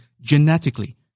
genetically